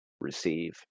receive